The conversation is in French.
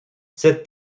cette